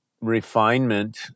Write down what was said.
refinement